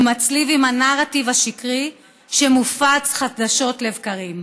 מצליב עם הנרטיב השקרי שמופץ חדשות לבקרים.